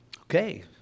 Okay